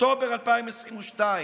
אוקטובר 2022,